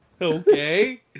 Okay